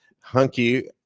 hunky